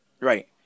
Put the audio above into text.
right